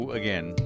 again